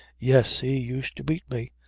yes. he used to beat me,